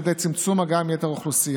על ידי צמצום מגעם עם יתר האוכלוסייה,